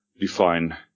define